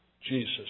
Jesus